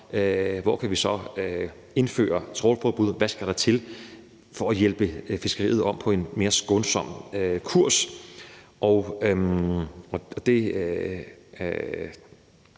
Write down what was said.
hvor vi så kan indføre trawlforbud, og hvad der skal til for at hjælpe fiskeriet over på en mere skånsom kurs.